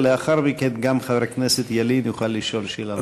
ולאחר מכן גם חבר הכנסת ילין יוכל לשאול שאלה נוספת.